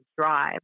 drive